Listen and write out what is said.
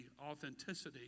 authenticity